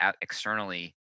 externally